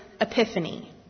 epiphany